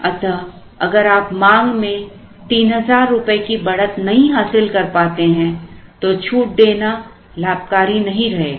अतः अगर आप मांग में ₹3000 की बढ़त नहीं हासिल कर पाते हैं तो छूट देना लाभकारी नहीं रहेगा